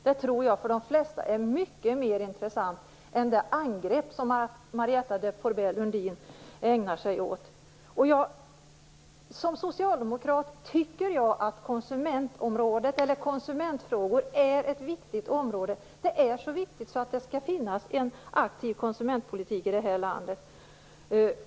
Det tror jag för de flesta är mer intressant än de angrepp som Som socialdemokrat tycker jag att konsumentfrågorna är ett viktigt område. Det är så viktigt att det skall finnas en aktiv konsumentpolitik i detta land.